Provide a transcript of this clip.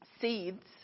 seeds